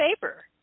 favor